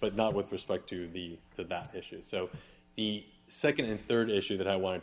but not with respect to the to that issue so the nd and rd issue that i wanted